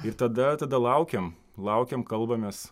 ir tada tada laukiam laukiam kalbamės